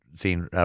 Seen